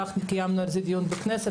קיימנו על זה דיון בכנסת,